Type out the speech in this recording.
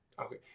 Okay